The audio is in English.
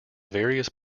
various